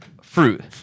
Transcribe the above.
Fruit